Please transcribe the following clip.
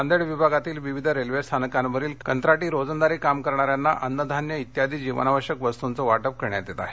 नांदेड विभागातील विविध रेल्वे स्थाकावरील कंत्राटीरोजंदारी कार्य करणाऱ्यांना अन्नधान्य इत्यादी जीवनावश्यक वस्तूंचे वाटप करण्यात येत आहे